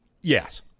yes